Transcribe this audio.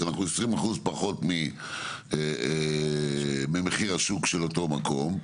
שאנחנו 20% פחות ממחיר השוק של אותו מקום.